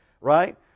right